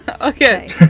Okay